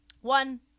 One